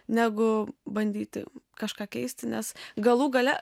negu bandyti kažką keisti nes galų gale